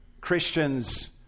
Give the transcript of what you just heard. Christians